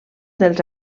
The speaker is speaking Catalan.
dels